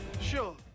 sure